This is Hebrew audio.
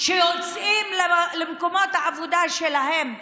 שיוצאים למקומות העבודה שלהם.